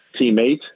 teammate